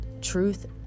truth